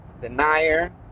denier